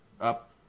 up